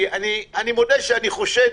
אני מודה שאני חושד